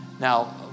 Now